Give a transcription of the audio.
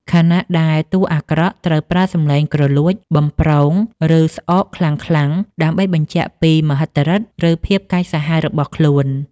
ខណៈដែលតួអាក្រក់ត្រូវប្រើសំឡេងគ្រលួច បំព្រង ឬស្អកខ្លាំងៗដើម្បីបញ្ជាក់ពីមហិទ្ធិឫទ្ធិ ឬភាពកាចសាហាវរបស់ខ្លួន។